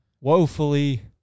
woefully